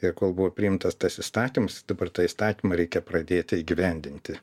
ir kol buvo priimtas tas įstatymas dabar tą įstatymą reikia pradėti įgyvendinti